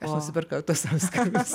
aš nusipirkau tuos auskarus